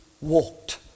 walked